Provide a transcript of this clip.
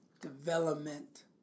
development